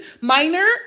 minor